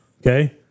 Okay